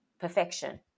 perfection